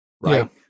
Right